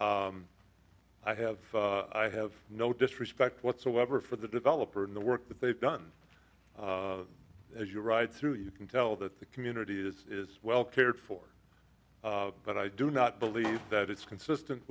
i have i have no disrespect whatsoever for the developer and the work that they've done as you ride through you can tell that the community is well cared for but i do not believe that it's consistent